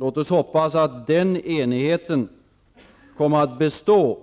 Låt oss hoppas att den enigheten kommer att bestå